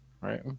right